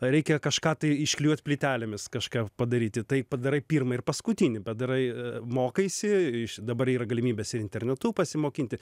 reikia kažką tai išklijuot plytelėmis kažką padaryti tai padarai pirmą ir paskutinį padarai mokaisi iš dabar yra galimybės ir internetu pasimokinti